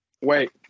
Wait